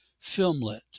filmlet